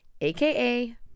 aka